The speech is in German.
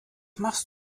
machst